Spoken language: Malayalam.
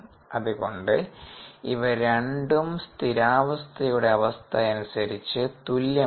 അതുകൊണ്ട് ഇവരണ്ടും സ്ഥിരാവസ്ഥയുടെ അവസ്ഥഅനുസരിച്ച് തുല്യമാകണം